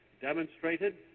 demonstrated